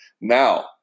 Now